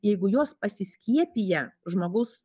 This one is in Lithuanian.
jeigu jos pasiskiepija žmogaus